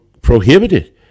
prohibited